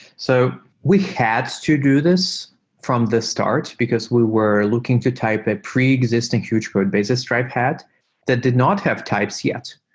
so we had to do this from the start because we were looking to type a preexisting huge codebase that stripe had that did not have types yet.